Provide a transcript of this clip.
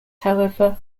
however